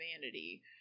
vanity